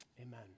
Amen